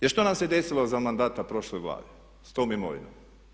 Jer što nam se desilo za mandata prošle Vlade s tom imovinom?